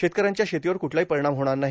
शेतकऱ्यांच्या शेतीवर कुटलाही परिणाम होणार नाही